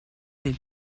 del